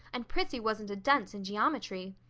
and prissy wasn't a dunce in geometry.